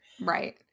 right